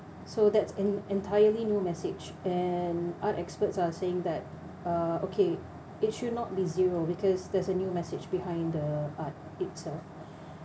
so that's an entirely new message and art experts are saying that uh okay it should not be zero because there's a new message behind the art itself